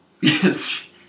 Yes